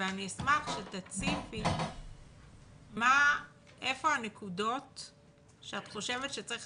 ואני אשמח שתציפי איפה הנקודות שאת חושבת שצריך